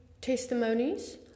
testimonies